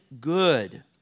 good